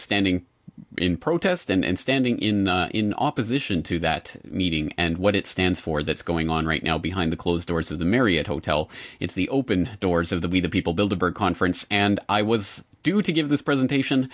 standing in protest and standing in in opposition to that meeting and what it stands for that's going on right now behind the closed doors of the marriott hotel it's the open doors of the we the people build a bird conference and i was due to give this presentation